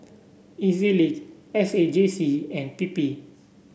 E Z Link S A J C and P P